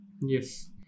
Yes